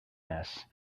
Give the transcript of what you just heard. this